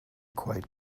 quite